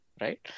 right